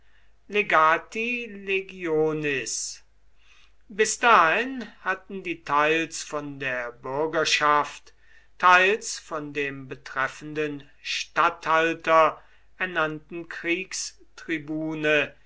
legionis bis dahin hatten die teils von der bürgerschaft teils von dem betreffenden statthalter ernannten kriegstribune